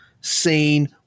seen